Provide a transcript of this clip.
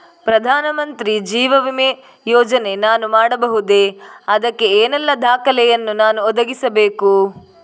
ಪ್ರಧಾನ ಮಂತ್ರಿ ಜೀವ ವಿಮೆ ಯೋಜನೆ ನಾನು ಮಾಡಬಹುದೇ, ಅದಕ್ಕೆ ಏನೆಲ್ಲ ದಾಖಲೆ ಯನ್ನು ನಾನು ಒದಗಿಸಬೇಕು?